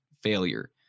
failure